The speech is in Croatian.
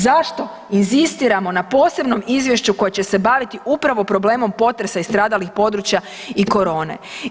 Zašto inzistiramo na posebnom izvješću koje će se baviti upravo problemom potresa i stradalih područja i corone.